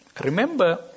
remember